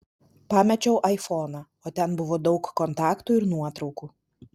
pamečiau aifoną o ten buvo daug kontaktų ir nuotraukų